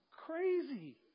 Crazy